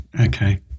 okay